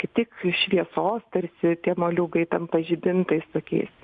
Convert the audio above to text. kaip tik šviesos tarsi tie moliūgai tampa žibintais tokiais